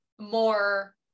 more